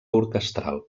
orquestral